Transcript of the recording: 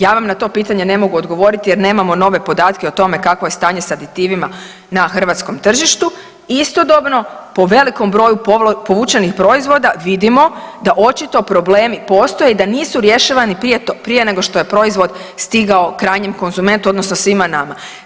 Ja vam na to pitanje ne mogu odgovoriti jer nemamo nove podatke o tome kakvo je stanje sa aditivima na hrvatskom tržištu, istodobno, po velikom broju povučenih proizvoda vidimo da očito problemi postoje i da nisu rješavani prije nego što je proizvodi stigao krajnjem konzumentu odnosno svima nama.